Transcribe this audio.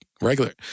regular